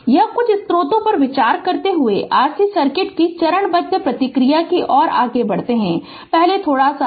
यह कुछ स्रोतों पर विचार करते हुए RC सर्किट की चरणबद्ध प्रतिक्रिया को आगे बढ़ाने से पहले थोड़ा सा है